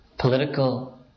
political